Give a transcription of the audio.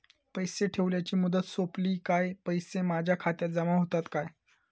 पैसे ठेवल्याची मुदत सोपली काय पैसे माझ्या खात्यात जमा होतात काय?